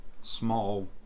small